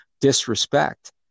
disrespect